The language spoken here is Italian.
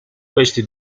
questi